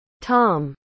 Tom